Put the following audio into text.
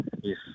Yes